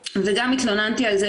זה ביחד עם משרד התחבורה.